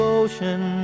ocean